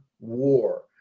war